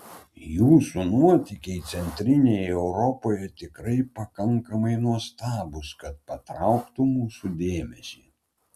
jūsų nuotykiai centrinėje europoje tikrai pakankamai nuostabūs kad patrauktų mūsų dėmesį